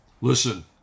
Listen